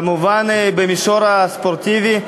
כמובן במישור הספורטיבי.